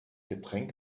getränk